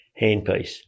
handpiece